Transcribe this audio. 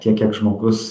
tiek kiek žmogus